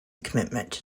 commitment